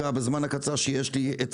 בזמן הקצר שיש לי אני רוצה לייצג כאן דווקא את